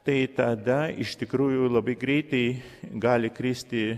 tai tada iš tikrųjų labai greitai gali kristi